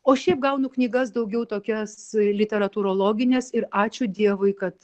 o šiaip gaunu knygas daugiau tokias literatūrologines ir ačiū dievui kad